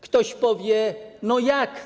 Ktoś powie: No jak?